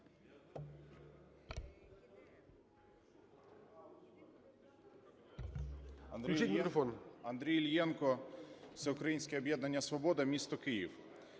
Андрій Іллєнко, "Всеукраїнське об'єднання "Свобода", місто Київ.